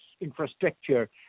infrastructure